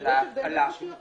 לא, יש הבדל בין רשויות.